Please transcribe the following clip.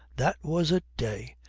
that was a day.